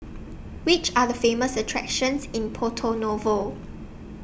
Which Are The Famous attractions in Porto Novo